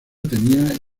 tenía